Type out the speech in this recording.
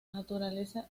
naturaleza